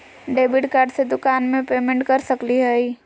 Debit card से दुकान में पेमेंट कर सकली हई?